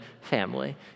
family